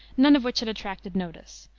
none of which had attracted notice,